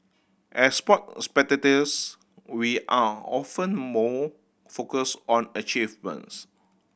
as sport spectators we are often more focused on achievements